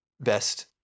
best